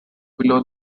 below